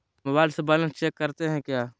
Mobile से balance check करते हैं क्या?